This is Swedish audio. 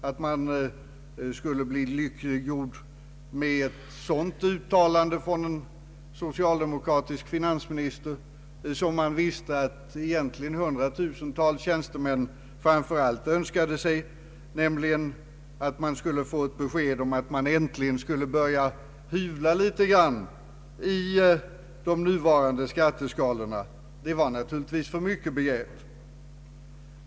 Att vi skulle bli lyckliggjorda med ett sådant uttalande från en socialdemokratisk finansminister, ett uttalande som hundratusentals tjänstemän framför allt önskade sig, nämligen ett besked om att man äntligen skulle börja hyvla litet i de nuvarande skatteskalorna, det var naturligtvis för mycket begärt.